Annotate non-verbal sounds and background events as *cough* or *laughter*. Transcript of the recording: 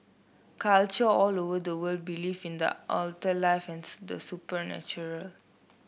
culture all over the world believe in the afterlife and *unintelligible* the supernatural